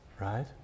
Right